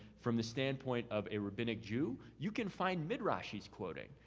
from the standpoint of a rabbinic jew, you can find midrash is quoted.